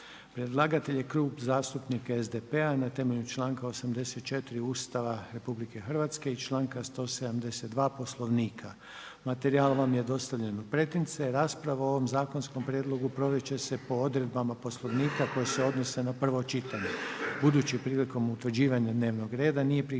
Predlagatelj je Klub zastupnika SDP-a na temelju članka 84. Ustava RH i članka 172. Poslovnika. Materijal vam je dostavljen u pretince. Rasprava o ovom zakonskom prijedlogu provest će po odredbama Poslovnika koje se odnose na prvo čitanje, budući prilikom utvrđivanja dnevnog reda nije prihvaćen